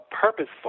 purposeful